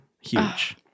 Huge